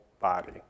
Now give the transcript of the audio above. body